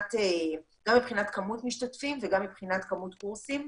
גם מבחינת כמות משתתפים וגם מבחינת כמות קורסים,